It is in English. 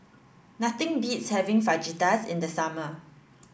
nothing beats having Fajitas in the summer